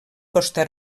costa